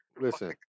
Listen